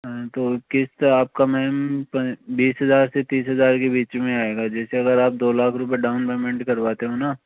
तो किस्त आपका मैम बीस हज़ार से तीस हज़ार के बीच में आएगा जैसे अगर आप दो लाख रुपये डाउन पेमेंट करवाते हो ना